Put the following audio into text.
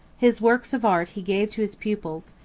his works of art he gave to his pupils,